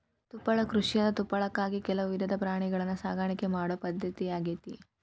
ತುಪ್ಪಳ ಕೃಷಿಯಂದ್ರ ತುಪ್ಪಳಕ್ಕಾಗಿ ಕೆಲವು ವಿಧದ ಪ್ರಾಣಿಗಳನ್ನ ಸಾಕಾಣಿಕೆ ಮಾಡೋ ಪದ್ಧತಿ ಆಗೇತಿ